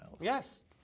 Yes